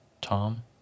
Tom